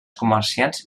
comerciants